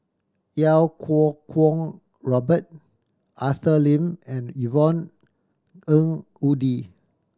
Iau Kuo Kwong Robert Arthur Lim and Yvonne Ng Uhde